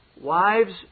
wives